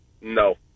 no